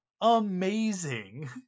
amazing